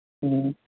ꯎꯝ